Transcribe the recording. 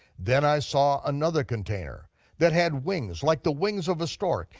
then i saw another container that had wings like the wings of a stork,